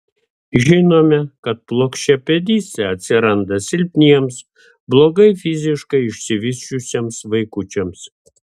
žinome kad plokščiapėdystė atsiranda silpniems blogai fiziškai išsivysčiusiems vaikučiams